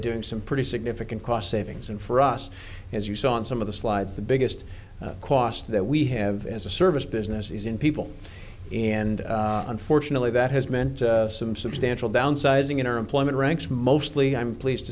doing some pretty significant cost savings and for us as you saw in some of the slides the biggest cost that we have as a service business is in people and unfortunately that has meant some substantial downsizing in our employment ranks mostly i'm pleased